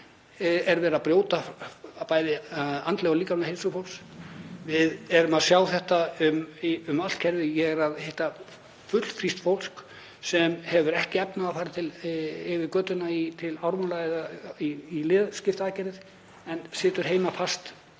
er verið að brjóta bæði andlega og líkamlega heilsu fólks. Við erum að sjá þetta um allt kerfið. Ég er að hitta fullfrískt fólk sem hefur ekki efni á að fara yfir götuna í Ármúla í liðskiptaaðgerðir en situr heima fast